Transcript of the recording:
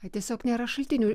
ai tiesiog nėra šaltinių